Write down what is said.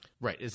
Right